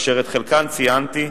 אשר את חלקן ציינתי,